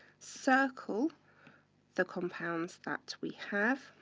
circle the compounds that we have,